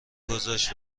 گذاشت